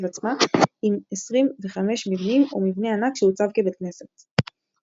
עצמה עם 25 מבנים ומבנה ענק שעוצב כבית כנסת.